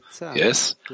Yes